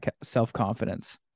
self-confidence